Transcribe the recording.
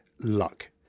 luck